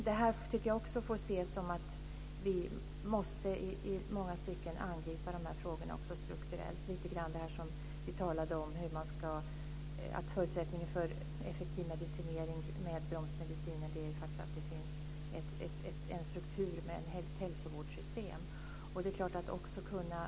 Detta får ses som att vi i många stycken måste angripa de här frågorna strukturellt. Det gäller t.ex. det som vi talade om när det gäller effektiv medicinering med bromsmediciner. Förutsättningen för det är att det finns en struktur med ett hälsovårdssystem.